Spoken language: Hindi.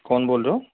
कौन बोल रहे हो